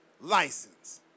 license